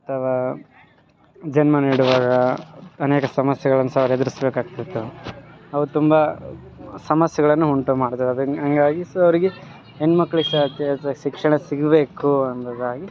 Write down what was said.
ಅಥವ ಜನ್ಮ ನೀಡುವಾಗ ಅನೇಕ ಸಮಸ್ಯೆಗಳನ್ನ ಸ ಎದ್ರಿಸಬೇಕು ಆಗ್ತಿತ್ತು ಅವ ತುಂಬ ಸಮಸ್ಯೆಗಳನ್ನ ಉಂಟು ಮಾಡ್ತಾವೆ ಅದನ್ನ ಹಾಗಾಗಿ ಸೊ ಅವ್ರಿಗೆ ಹೆಣ್ಣು ಮಕ್ಳಿಗೆ ಶಿಕ್ಷಣ ಸಿಗಬೇಕು ಅನ್ನೊದಾಗಿ